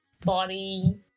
body